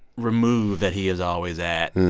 remove that he is always at, and